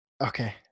Okay